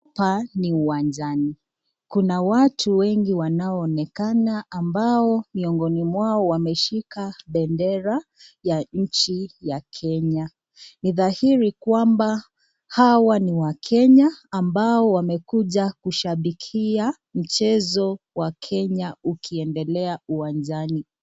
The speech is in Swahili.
Hapa ni uwanjani, kuna watu wengi wanao onekana ambao miongoni mwao wameshika bendera ya nchi ya Kenya. Ni dhahiri kwamba hawa ni wakenya ambao wamekuja kushabikia mchezo wa kenya ukiendelea uwanjani.